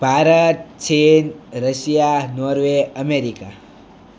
ભારત ચીન Russia Norway America